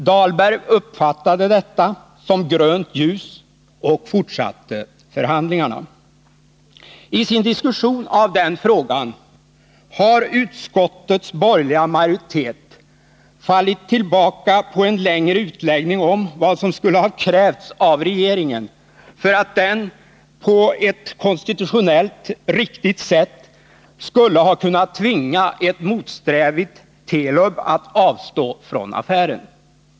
Dahlberg uppfattade detta som grönt ljus och fortsatte förhandlingarna. I sin diskussion av frågan har utskottets borgerliga majoritet fallit tillbaka på en längre utläggning om vad som skulle ha krävts av regeringen för att den på ett konstitutionellt riktigt sätt skulle kunna tvinga ett motsträvigt Telub att avstå från affären.